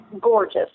gorgeous